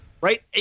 Right